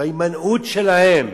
ולהימנעות שלהם